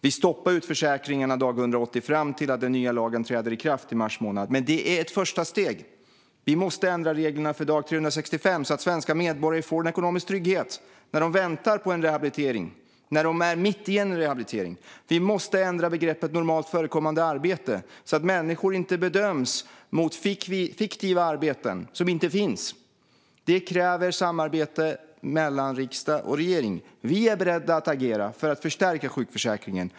Vi stoppade utförsäkringarna dag 180 fram till att den nya lagen träder i kraft i mars månad, men det är bara ett första steg. Vi måste ändra reglerna för dag 365 så att svenska medborgare får en ekonomisk trygghet när de väntar på rehabilitering eller är mitt i en rehabilitering. Vi måste ändra begreppet "normalt förekommande arbete" så att människor inte bedöms mot fiktiva arbeten som inte finns. Detta kräver samarbete mellan riksdag och regering. Vi är beredda att agera för att förstärka sjukförsäkringen.